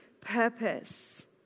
purpose